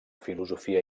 filosofia